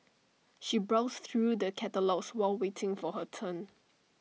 she browsed through the catalogues while waiting for her turn